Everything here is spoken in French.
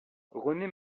rené